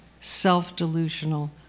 self-delusional